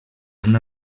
una